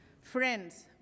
Friends